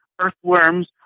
earthworms